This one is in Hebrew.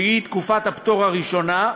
שהיא תקופת הפטור הראשונה,